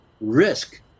risk